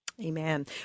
Amen